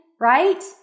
right